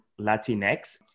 latinx